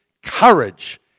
Courage